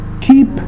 Keep